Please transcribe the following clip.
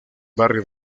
barrio